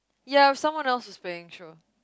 ya if someone else is paying sure